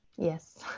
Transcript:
Yes